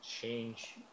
change